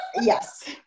Yes